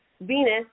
Venus